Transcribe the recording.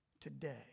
today